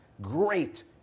Great